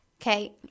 Okay